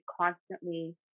constantly